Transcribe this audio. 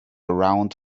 around